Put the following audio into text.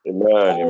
Amen